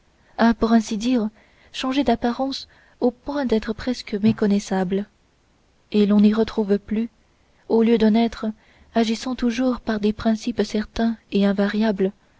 a pour ainsi dire changé d'apparence au point d'être presque méconnaissable et l'on n'y retrouve plus au lieu d'un être agissant toujours par des principes certains et invariables